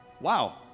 Wow